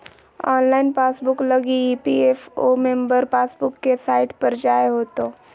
online passbook लगी EPFO member passbook के site पर जाय होतो